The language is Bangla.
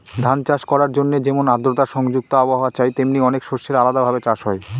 ধান চাষ করার জন্যে যেমন আদ্রতা সংযুক্ত আবহাওয়া চাই, তেমনি অনেক শস্যের আলাদা ভাবে চাষ হয়